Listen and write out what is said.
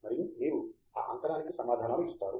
మరియు మీరు ఆ అంతరానికి సమాధానాలు ఇస్తారు